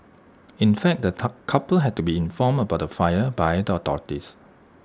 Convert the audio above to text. in fact the couple had to be informed about the fire by the authorities